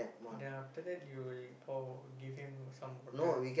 then after that you will pour give him some water